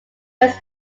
was